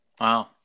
Wow